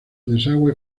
desagüe